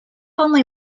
only